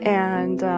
and